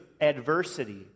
adversity